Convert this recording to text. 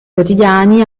quotidiani